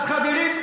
אז חברים,